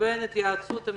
בין התייעצות עם